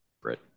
Brit